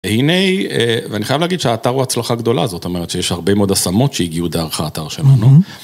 הנה היא, ואני חייב להגיד שהאתר הוא הצלחה גדולה הזאת, זאת אומרת שיש הרבה מאוד השמות שהגיעו דרך האתר שלנו.